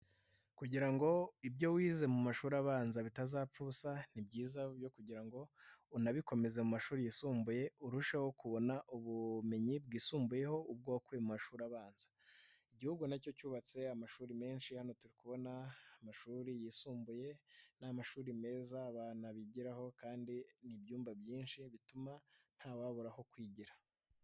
Kugira ngo ibyo wize mu mashuri abanza bitazapfa ubusa. Ni byiza byo kugira ngo unabikomeze mu mashuri yisumbuye. Urusheho kubona ubumenyi bwisumbuyeho, ubwo mu mashuri abanza. Igihugu nacyo cyubatse amashuri menshi, hano turi kubona amashuri yisumbuye. Ni amashuri meza, abana bigiraho kandi ni ibyumba byinshi bituma ntawaburaraho kwigira.